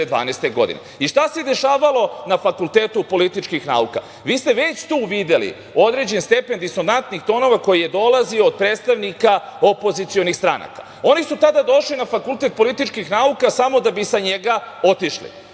2012. godine. Šta se dešavalo na FPN-u? Vi ste već tu videli određen stepen disonantnih tonova koji je dolazio od predstavnika opozicionih stranaka. Oni su tada došli na Fakultet političkih nauka samo da bi sa njega otišli.